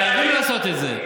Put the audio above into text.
חייבים לעשות את זה.